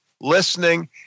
listening